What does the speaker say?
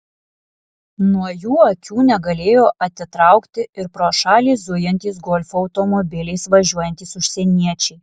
nuo jų akių negalėjo atitraukti ir pro šalį zujantys golfo automobiliais važiuojantys užsieniečiai